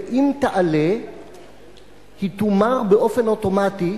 ואם תעלה היא תומר באופן אוטומטי